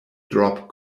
drop